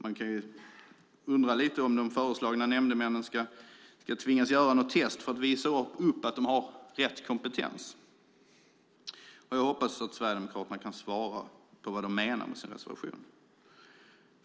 Man kan undra om de föreslagna nämndemännen ska tvingas göra något test för att visa att de har rätt kompetens. Jag hoppas att Sverigedemokraterna kan svara på vad de menar med sin reservation.